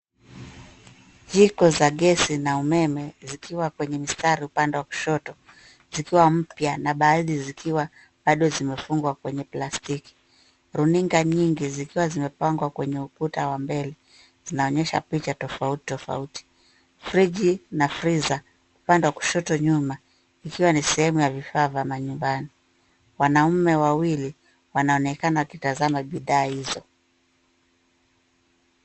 Jiko za ngesi na umeme zikiwa kwenye mistari upande wa kushoto. Zikiwa mpya na baadhi zikiwa bado zimefungwa kwenye plastiki. Runinga nyingi zikiwa zimepangwa kwenye ukuta wa mbele zinaonyesha picha tofauti, tofauti fridge na freezer . Upande wa kushoto nyuma ikiwa ni sehemu ya vifaa vya manyumbani. Wanaume wawili wanaonekana wakitazama bidhaa hizo,